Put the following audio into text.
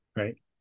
Right